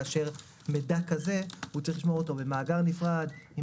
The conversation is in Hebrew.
כאשר מידע כזה הוא צריך לשמור אותו במאגר נפרד עם